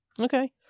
Okay